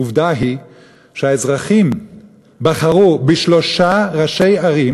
עובדה היא שהאזרחים בחרו בשלושה ראשי ערים